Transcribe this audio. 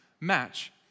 match